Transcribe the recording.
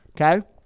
okay